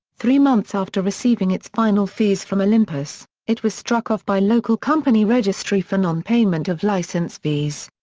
three months after receiving its final fees from olympus, it was struck off by local company registry for non-payment of license fees.